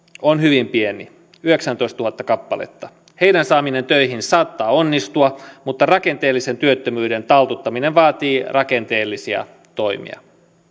on hyvin pieni yhdeksäntoistatuhatta kappaletta heidän saamisensa töihin saattaa onnistua mutta rakenteellisen työttömyyden taltuttaminen vaatii rakenteellisia toimia